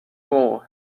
wall